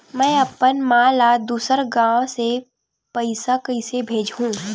में अपन मा ला दुसर गांव से पईसा कइसे भेजहु?